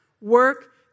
work